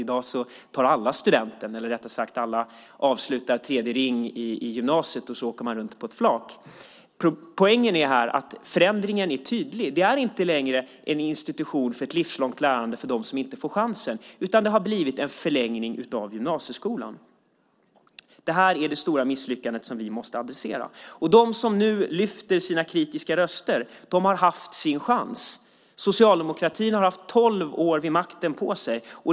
I dag tar alla studenten, eller, rättare sagt, alla avslutar tredje ring i gymnasiet, och så åker man runt på ett flak. Poängen är att förändringen är tydlig. Det är inte längre en institution för ett livslångt lärande för dem som inte fått chansen, utan det har blivit en förlängning av gymnasieskolan. Det här är det stora misslyckandet, som vi måste adressera. De som nu höjer sina kritiska röster har haft sin chans. Socialdemokratin har haft tolv år vid makten på sig.